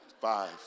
five